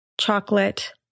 chocolate